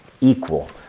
equal